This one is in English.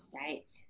Right